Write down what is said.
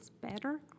better